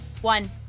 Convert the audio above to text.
One